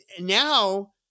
Now